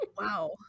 Wow